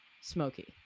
smoky